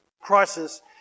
crisis